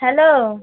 hello